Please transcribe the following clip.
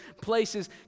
places